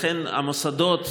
לכן המוסדות,